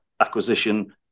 acquisition